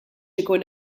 ikun